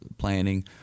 planning